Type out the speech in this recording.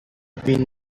been